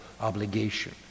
obligation